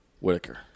Whitaker